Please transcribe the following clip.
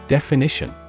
Definition